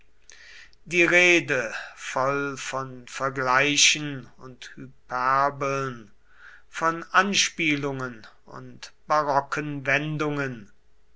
die rede voll von vergleichen und hyperbeln von anspielungen und barocken wendungen